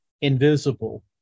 invisible